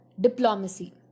Diplomacy